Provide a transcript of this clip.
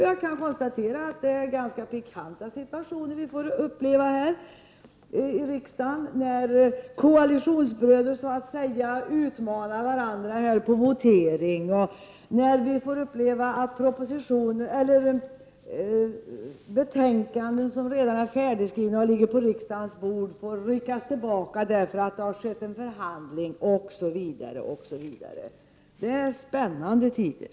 Jag kan konstatera att det är ganska pikanta situationer som vi får uppleva här i riksdagen när koalitionsbröder så att säga utmanar varandra på votering och när vi får uppleva att betänkanden som redan är färdigskrivna och ligger på riksdagens bord dras tillbaka därför att det har skett en förhandling osv. Det är spännande tider!